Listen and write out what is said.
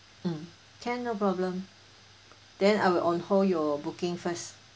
mm can no problem then I will on hold your booking first